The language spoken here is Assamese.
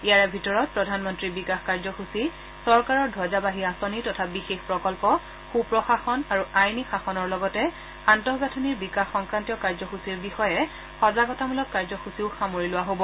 ইয়াৰে ভিতৰত প্ৰধানমন্নী বিকাশ কাৰ্যসূচী চৰকাৰৰ ধবজাবাহী আঁচনি তথা বিশেষ প্ৰকল্প সুপ্ৰশাসন আৰু আইনী শাসনৰ লগতে আন্তঃগাঁঠনি বিকাশ সংক্ৰান্তীয় কাৰ্যসুচীৰ বিষয়ে সজাগতামূলক কাৰ্যসূচীও সামৰি লোৱা হ'ব